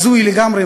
הזוי לגמרי,